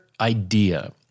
idea